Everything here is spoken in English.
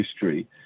history